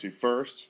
first